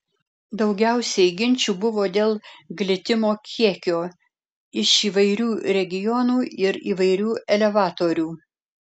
daugiausiai ginčų buvo dėl glitimo kiekio iš įvairių regionų ir įvairių elevatorių